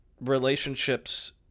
relationships